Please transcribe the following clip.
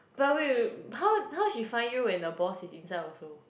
but wait wait how how she find you when the boss is inside also